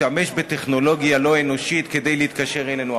התשע"ד 2014, של חבר הכנסת מיקי רוזנטל.